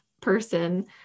person